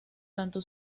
tanto